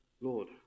Lord